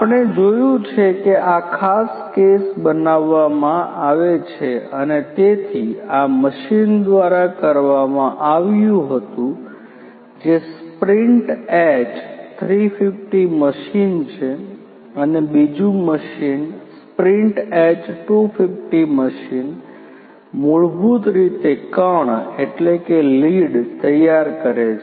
આપણે જોયું છે કે આ ખાસ કેસ બનાવવામાં આવે છે અને તેથી આ મશીન દ્વારા કરવામાં આવ્યું હતું જે સ્પ્રિન્ટ એચ 350 મશીન છે અને બીજું મચિન સ્પ્રિન્ટ એચ 250 મશીન મૂળભૂત રીતે કણ લીડ તૈયાર કરે છે